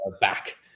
back